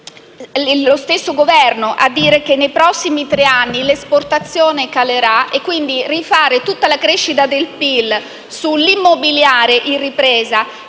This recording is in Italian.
lo stesso Governo a dire che nei prossimi tre anni l'esportazione calerà. Quindi, rifare tutta la crescita del PIL sull'immobiliare in ripresa